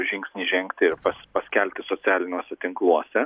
žingsnį žengti ir pa paskelbti socialiniuose tinkluose